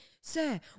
Sir